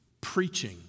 Preaching